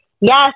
Yes